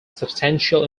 substantial